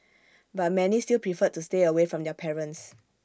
but many still preferred to stay away from their parents